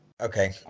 Okay